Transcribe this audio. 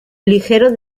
ligero